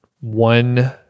one